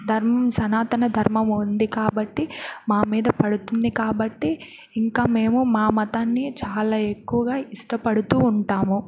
ధర్మం సనాతన ధర్మం ఉంది కాబట్టి మా మీద పడుతుంది కాబట్టి ఇంకా మేము మా మతాన్ని చాలా ఎక్కువగా ఇష్టపడుతూ ఉంటాము